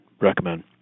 recommend